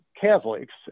Catholics